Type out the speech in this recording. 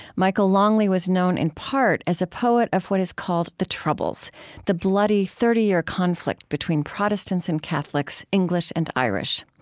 michael longley was known, in part, as a poet of what is called the troubles the bloody thirty year conflict between protestants and catholics, english and irish.